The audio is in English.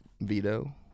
Veto